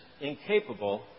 incapable